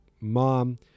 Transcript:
mom